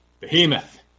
behemoth